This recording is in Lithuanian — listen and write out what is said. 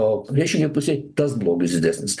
o priešingai pusei tas blogis didesnis